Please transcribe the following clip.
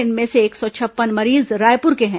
इनमें से एक सौ छप्पन मरीज रायपुर के हैं